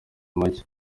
macye